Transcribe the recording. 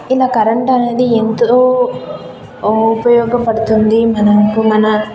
ఇలా కరెంటు అనేది ఎంతో ఉపయోగపడుతుంది మనకు మన